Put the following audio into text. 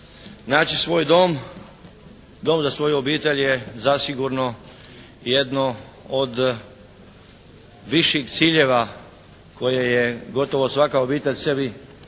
Naći svoj dom, dom za svoju obitelj je zasigurno jedno od viših ciljeva koje je gotovo svaka obitelj sebi